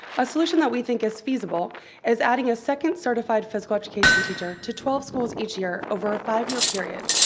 a solution that we think is feasible is adding a second certified physical education teacher to twelve schools each year, over a five year period.